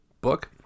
book